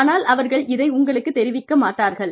ஆனால் அவர்கள் இதை உங்களுக்குத் தெரிவிக்க மாட்டார்கள்